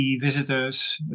visitors